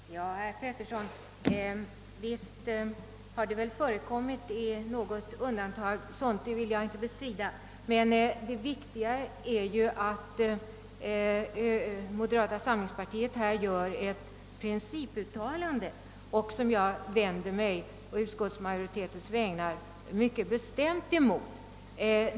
Herr talman! Visst har det väl förekommit sådant i något undantagsfall; det vill jag inte bestrida. Men, herr Petersson i Gäddvik, det viktiga är ju att moderata samlingspartiet gör ett principuttalande, som jag på utskottsmajoritetens vägnar vänder mig mycket bestämt emot.